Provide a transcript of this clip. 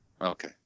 Okay